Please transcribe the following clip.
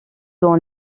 dans